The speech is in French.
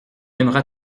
aimera